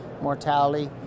mortality